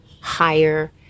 higher